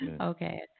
Okay